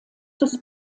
des